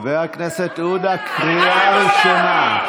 חבר הכנסת עודה, קריאה ראשונה.